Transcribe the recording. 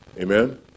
Amen